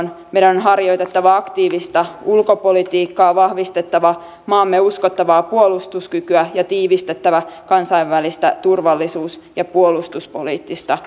meidän on harjoitettava aktiivista ulkopolitiikkaa vahvistettava maamme uskottavaa puolustuskykyä ja tiivistettävä kansainvälistä turvallisuus ja puolustuspoliittista yhteistyötämme